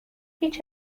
هیچ